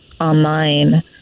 online